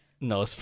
No